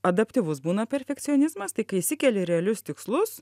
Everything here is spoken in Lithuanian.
adaptyvus būna perfekcionizmas tai kai išsikeli realius tikslus